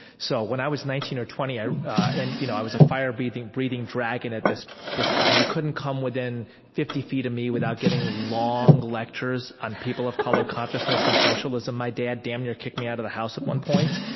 so, when i was nineteen or twenty and you know i was a fire-breathing fire-breathing dragon at this this time. you couldn't come within fifty feet of me without getting long lectures on people of color, consciousness, and socialism. my dad damned near kicked me out of the house at one point.